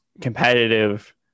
competitive